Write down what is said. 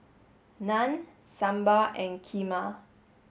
Naan Sambar and Kheema